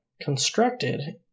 constructed